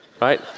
right